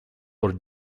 por